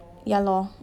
yeah lor